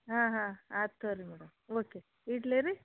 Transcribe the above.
ಹಾಂ ಹಾಂ ಆತು ತೋರಿ ಮೇಡಮ್ ಓಕೆ ಇಡಲೇ ರೀ